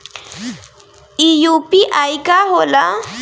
ई यू.पी.आई का होला?